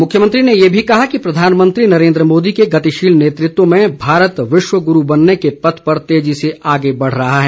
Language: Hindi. मुख्यमंत्री ने ये भी कहा कि प्रधानमंत्री नरेन्द्र मोदी के गतिशील नेतृत्व में भारत विश्व गुरू बनने के पथ पर तेजी से आगे बढ़ रहा है